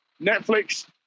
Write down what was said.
Netflix